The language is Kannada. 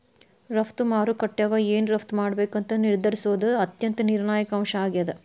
ರಫ್ತು ಮಾರುಕಟ್ಯಾಗ ಏನ್ ರಫ್ತ್ ಮಾಡ್ಬೇಕಂತ ನಿರ್ಧರಿಸೋದ್ ಅತ್ಯಂತ ನಿರ್ಣಾಯಕ ಅಂಶ ಆಗೇದ